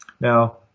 Now